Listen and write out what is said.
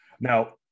Now